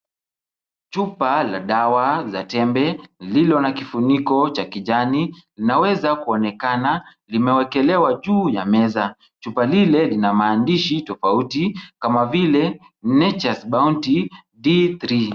Chupa la dawa la tembe lililo na kifuniko cha kijani, linaweza kuonekana limewekelewa juu ya meza. Chupa lile lina maandishi tofauti kama vile Nature's bounty D3.